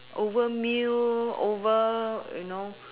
over meal over you know